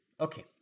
Okay